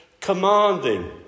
commanding